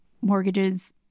mortgages